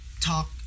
talk